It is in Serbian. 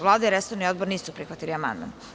Vlada i resorni odbor nisu prihvatili amandman.